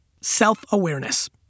self-awareness